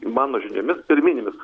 mano žiniomis pirminėmis